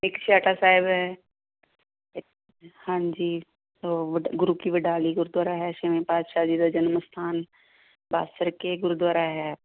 ਇੱਕ ਛੇਹਰਟਾ ਸਾਹਿਬ ਹੈ ਹਾਂਜੀ ਉਹ ਗੁਰੂ ਕੀ ਬਡਾਲੀ ਗੁਰਦੁਆਰਾ ਹੈ ਛੇਵੇਂ ਪਾਤਸ਼ਾਹ ਜੀ ਦਾ ਜਨਮ ਅਸਥਾਨ ਬਾਸਰਕੇ ਗੁਰਦੁਆਰਾ ਹੈ